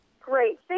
Great